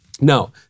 No